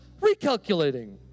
recalculating